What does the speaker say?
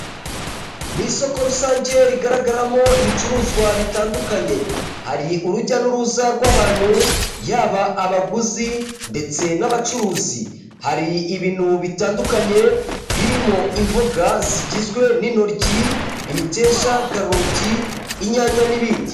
Ni isoko rusange rigaragaramo ibicuruzwa bitandukanye, hari urujya n'uruza rw'abantu yaba abaguzi ndetse n'abacuruzi, hari ibintu bitandukanye birimo imboga zigizwe n'intoryi, imiteja, karoti, inyanya n'ibindi.